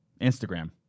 Instagram